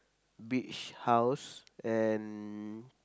beach house and